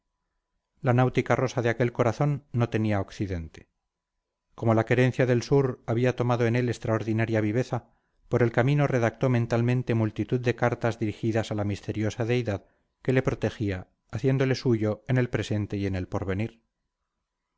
la náutica rosa de aquel corazón no tenía occidente como la querencia del sur había tomado en él extraordinaria viveza por el camino redactó mentalmente multitud de cartas dirigidas a la misteriosa deidad que le protegía haciéndole suyo en el presente y en el porvenir